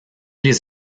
les